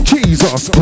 Jesus